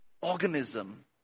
organism